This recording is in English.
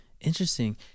interesting